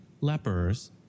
lepers